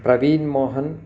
Praveen Mohan